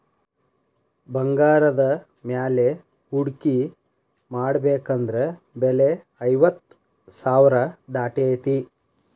ಬಂಗಾರದ ಮ್ಯಾಲೆ ಹೂಡ್ಕಿ ಮಾಡ್ಬೆಕಂದ್ರ ಬೆಲೆ ಐವತ್ತ್ ಸಾವ್ರಾ ದಾಟೇತಿ